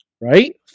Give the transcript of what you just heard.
Right